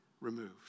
removed